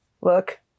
Look